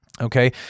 okay